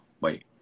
Wait